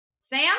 Sam